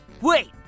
Wait